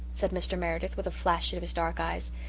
said mr. meredith, with a flash of his dark eyes,